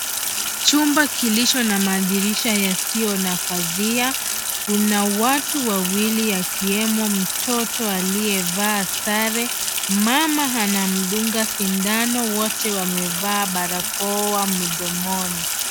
Chumba kilicho na madirisha yasiyo na pazia. Kuna watu wawili akiwemo mtoto aliyevaa sare. Mama anamdunga sindano wote wamevaa barakoa mdomoni.